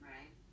Right